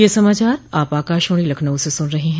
ब्रे क यह समाचार आप आकाशवाणी लखनऊ से सुन रहे हैं